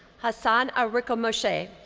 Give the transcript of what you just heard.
hassan arikomoshe.